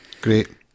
Great